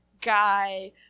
guy